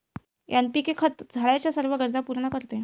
NPK खत झाडाच्या सर्व गरजा पूर्ण करते